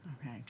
Okay